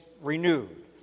renewed